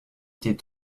était